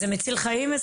זה מציל חיים?